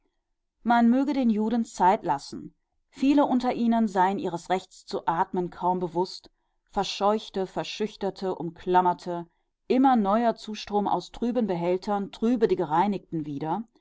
man möge den juden zeit lassen viele unter ihnen seien ihres rechts zu atmen kaum bewußt verscheuchte verschüchterte umklammerte immer neuer zustrom aus trüben behältern trübe die gereinigten wieder